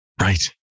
Right